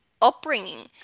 upbringing